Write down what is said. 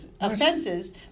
offenses